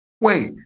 wait